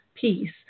peace